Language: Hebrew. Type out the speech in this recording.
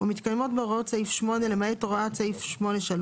ומתקיימות בו הוראות סעיף 8 למעט הוראת סעיף 8(3),